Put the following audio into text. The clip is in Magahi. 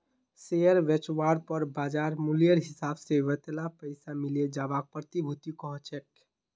शेयर बेचवार पर बाज़ार मूल्येर हिसाब से वतेला पैसा मिले जवाक प्रतिभूति कह छेक